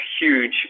huge